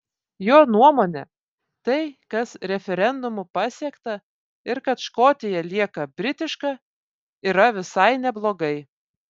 jo nuomone tai kas referendumu pasiekta ir kad škotija lieka britiška yra visai neblogai